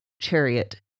chariot